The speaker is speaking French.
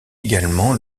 également